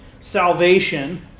salvation